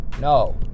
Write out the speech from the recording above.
no